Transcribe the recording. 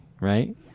right